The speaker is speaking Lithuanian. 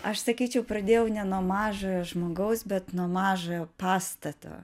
aš sakyčiau pradėjau ne nuo mažojo žmogaus bet nuo mažojo pastato